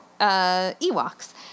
Ewoks